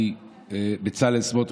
אני ובצלאל סמוטריץ',